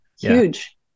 huge